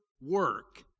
work